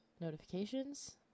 notifications